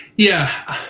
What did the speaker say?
yeah,